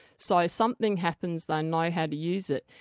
so something happens, they know how to use it.